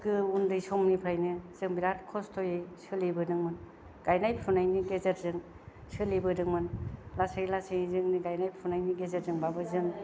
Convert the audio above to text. उन्दै समनिफ्राइनो जों बिरात खस्थ'यै सोलिबोदोंमोन गायनाय फुनायनि गेजेरजों सोलिबोदोंमोन लासै लासै जोंनि गायनाय फुनायनि गेजेरजों बाबो जों